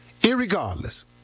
Irregardless